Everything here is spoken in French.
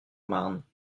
marne